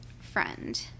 friend